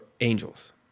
angels